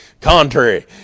Contrary